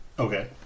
Okay